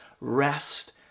rest